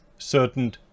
certain